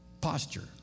posture